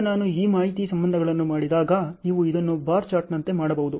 ಈಗ ನಾನು ಈ ಮಾಹಿತಿ ಸಂಬಂಧಗಳನ್ನು ಮಾಡಿದಾಗ ನೀವು ಇದನ್ನು ಬಾರ್ ಚಾರ್ಟ್ನಂತೆ ಮಾಡಬಹುದು